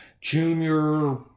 junior